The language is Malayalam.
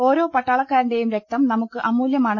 ഓരോ പട്ടാളക്കാർന്റെയും രക്തം നമുക്ക് അമൂല്യ മാണ്